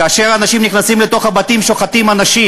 כאשר אנשים נכנסים לתוך הבתים ושוחטים אנשים,